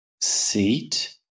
seat